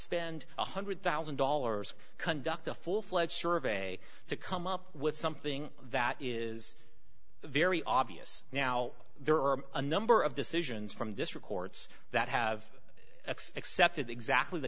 spend one hundred thousand dollars conduct a full fledged survey to come up with something that is very obvious now there are a number of decisions from this records that have accepted exactly the